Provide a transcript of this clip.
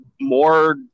more